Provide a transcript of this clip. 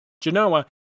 Genoa